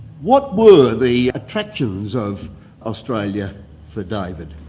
what were the attractions of australia for david?